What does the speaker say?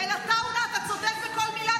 אל עטאונה, אתה צודק בכל מילה.